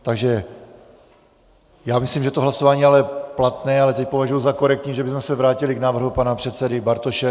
Takže já myslím, že to hlasování je platné, ale teď považuji za korektní, že bychom se vrátili k návrhu pana předsedy Bartoše.